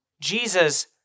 Jesus